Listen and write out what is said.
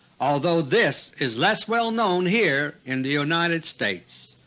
although this is less well known here in the united states.